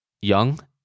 young